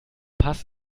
paz